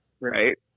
Right